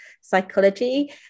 Psychology